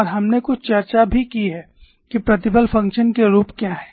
और हमने कुछ चर्चा भी की है कि प्रतिबल फ़ंक्शन के रूप क्या हैं